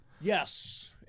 Yes